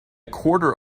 quarter